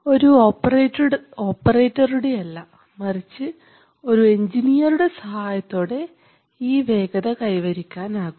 ഒരു ഓപ്പറേറ്ററുടെ അല്ല മറിച്ച് ഒരു എൻജിനീയറുടെ സഹായത്തോടെ ഈ വേഗത കൈവരിക്കാനാകും